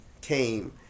came